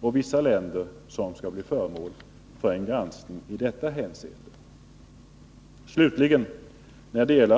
och vissa länder som skall bli föremål för en granskning i detta hänseende.